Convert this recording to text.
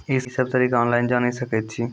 ई सब तरीका ऑनलाइन जानि सकैत छी?